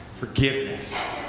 Forgiveness